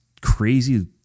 crazy